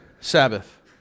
sabbath